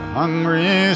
hungry